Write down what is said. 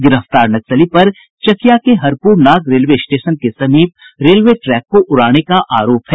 गिरफ्तार नक्सली पर चकिया के हरपुर नाग रेलवे स्टेशन के समीप रेलवे ट्रैक को उड़ाने का आरोप है